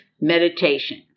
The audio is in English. meditation